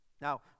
Now